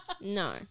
No